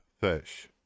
fish